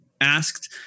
asked